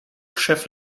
krzew